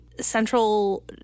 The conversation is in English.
central